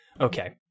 Okay